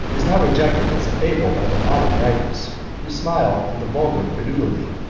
is now rejected as a fable by the modern writers, who smile at the vulgar credulity.